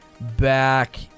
back